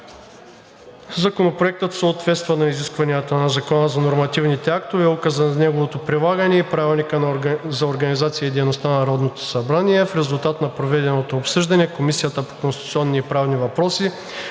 Законопроектът съответства на изискванията на Закона за нормативните актове, указа за неговото прилагане и Правилника за организацията и дейността на Народното събрание. В резултат на проведеното обсъждане Комисията по конституционни и правни въпроси